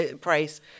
Price